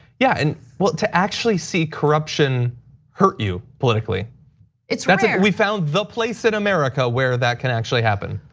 yeah, and well, to actually see corruption hurt you politically it's rare. we found the place in america where that can actually happen.